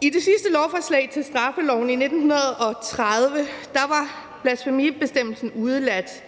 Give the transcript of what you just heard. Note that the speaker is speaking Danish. I det sidste lovforslag til straffeloven i 1930 var blasfemibestemmelsen udeladt.